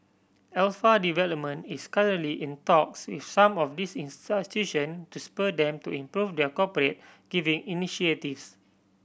Alpha Development is currently in talks with some of these institution to spur them to improve their corporate giving initiatives